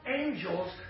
angels